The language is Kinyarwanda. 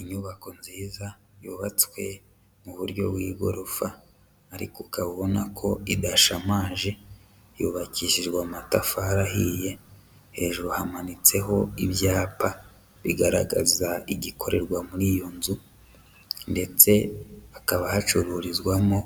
Inyubako nziza yubatswe mu buryo bw'igorofa ariko ukabona ko idashamaje, yubakishijwe amatafari ahiye, hejuru hamanitseho ibyapa bigaragaza igikorerwa muri iyo nzu, ndetse hakaba hacururizwamo